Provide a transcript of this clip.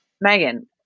Megan